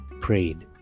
prayed